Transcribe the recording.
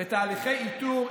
לתהליכי איתור,